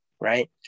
right